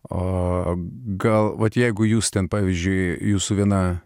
o gal vat jeigu jūs ten pavyzdžiui jūsų viena